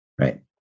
Right